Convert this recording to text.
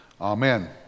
Amen